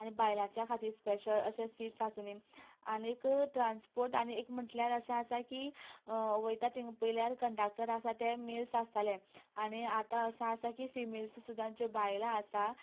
आनी बायलांच्या खातीर स्पेशल अशें सीट्स आसूंदी आनीक ट्रान्सपोर्ट आनीक म्हटल्यार अशें आसा की वयता थिंगा पळयल्यार कंडक्टर आसा मेल्स आसतालें आनी आतां अशें आसा की फिमेल्स सुद्दां ज्यो बायलां आसा